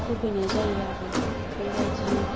होफैनाय जायो आरो बेबायदिनो